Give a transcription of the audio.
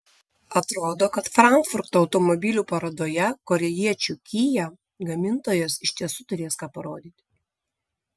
atrodo kad frankfurto automobilių parodoje korėjiečių kia gamintojas iš tiesų turės ką parodyti